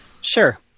Sure